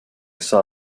saw